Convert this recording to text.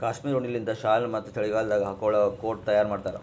cashmere ಉಣ್ಣಿಲಿಂತ್ shawl ಮತ್ತ್ ಚಳಿಗಾಲದಾಗ್ ಹಾಕೊಳ್ಳ ಕೋಟ್ ತಯಾರ್ ಮಾಡ್ತಾರ್